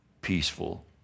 peaceful